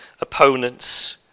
opponents